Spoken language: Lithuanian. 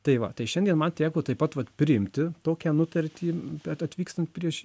tai va tai šiandien man teko taip pat vat priimti tokią nutartį atvykstant prieš